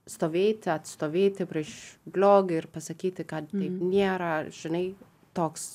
stovėti atstovėti prieš blogį ir pasakyti kad taip nėra žinai toks